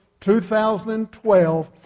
2012